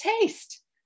Taste